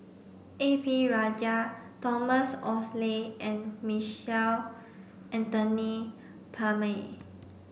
A P Rajah Thomas Oxley and Michael Anthony Palmer